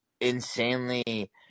insanely